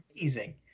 amazing